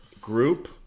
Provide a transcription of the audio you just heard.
group